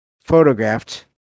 Photographed